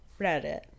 Reddit